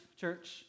church